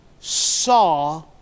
Saw